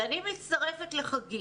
אני מצטרפת לקריאה של חגית,